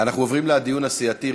אנחנו עוברים לדיון הסיעתי.